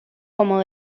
como